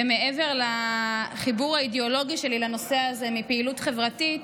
ומעבר לחיבור האידיאולוגי שלי לנושא הזה מפעילות חברתית,